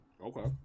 Okay